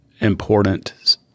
important